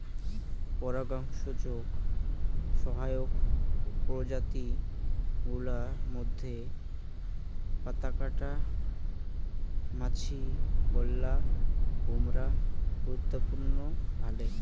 পরাগসংযোগ সহায়ক প্রজাতি গুলার মইধ্যে পাতাকাটা মাছি, বোল্লা, ভোমরা গুরুত্ব ভালে